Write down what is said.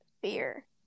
fear